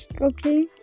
Okay